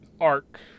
arc